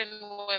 women